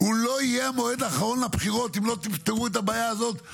את חושבת שהמילה שלי לא חשובה?